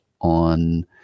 on